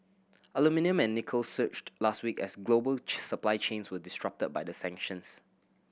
aluminium and nickel surged last week as global supply chains were disrupted by the sanctions